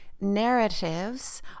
narratives